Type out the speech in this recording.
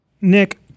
Nick